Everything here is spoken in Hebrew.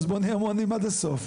אז בואו נהיה הומניים עד הסוף.